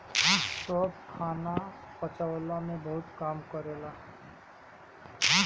सौंफ खाना पचवला में भी बहुते काम करेला